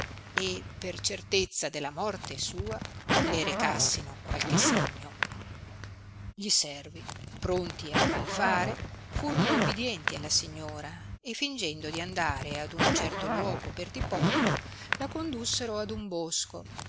e per certezza della morte sua le recassino qualche segno gli servi pronti al mal fare furono ubidienti alla signora e fingendo di andare ad uno certo luogo per diporto la condussero ad uno bosco